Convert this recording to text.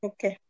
Okay